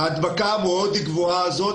להדבקה המאוד גבוהה הזאת,